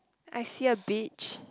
I see a beach